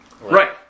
Right